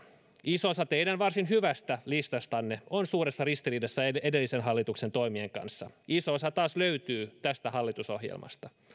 iso osa teidän varsin hyvästä listastanne on suuressa ristiriidassa edellisen hallituksen toimien kanssa iso osa taas löytyy tästä hallitusohjelmasta